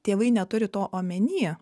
tėvai neturi to omeny